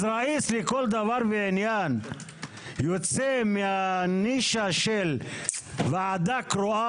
אז ראיס לכל דבר ועניין יוצא מהנישה של ועדה קרואה